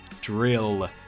drill